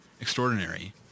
extraordinary